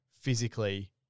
physically